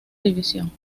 división